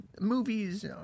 movies